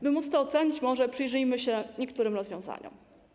By móc to ocenić, może przyjrzyjmy się niektórym rozwiązaniom.